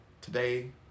Today